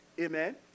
Amen